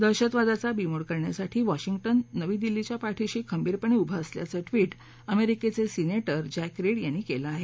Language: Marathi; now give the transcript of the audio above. दहशतवादाचा बीमोड करण्यासाठी वॉशिंग्टन नवी दिल्लीच्या पाठीशी खंबीरपणे उभं असल्याचं ट्विट अमेरिकेचे सिनेटर जॅक रीड यांनी केलं आहे